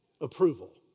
approval